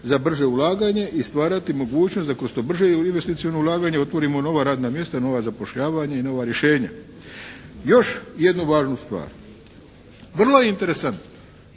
za brže ulaganje i stvarati mogućnost da kroz to brže investiciono ulaganje otvorimo nova radna mjesta, nova zapošljavanja i nova rješenja. Još jednu važnu stvar. Vrlo je interesantno